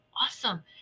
Awesome